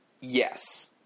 Yes